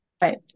Right